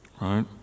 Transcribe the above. right